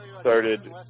started